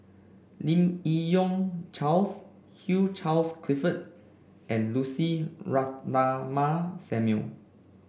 Lim Yi Yong Charles Hugh Charles Clifford and Lucy Ratnammah Samuel